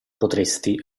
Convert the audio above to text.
potresti